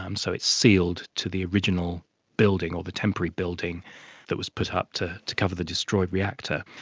um so it's sealed to the original building or the temporary building that was put up to to cover the destroyed reactor.